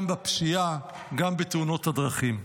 גם בפשיעה, גם בתאונות הדרכים.